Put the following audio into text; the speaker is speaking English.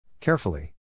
Carefully